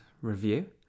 review